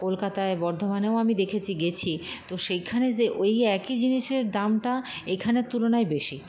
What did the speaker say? কলকাতায় বর্ধমানেও আমি দেখেছি গেছি তো সেখানে যে ওই একই জিনিসের দামটা এখানের তুলনায় বেশী